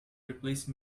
replace